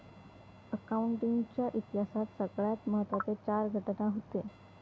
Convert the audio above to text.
accounting च्या इतिहासात सगळ्यात महत्त्वाचे चार घटना हूते